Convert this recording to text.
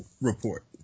report